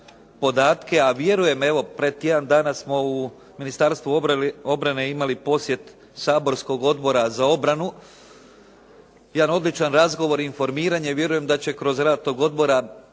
a vjerujem evo prije tjedan dana smo u Ministarstvu obrane imali posjet saborskog Odbora za obranu. Jedan običan razgovor i informiranje, vjerujem da će kroz rad tog odbora